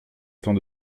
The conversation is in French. temps